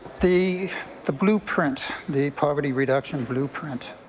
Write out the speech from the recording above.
the the blueprint, the poverty reduction blueprint,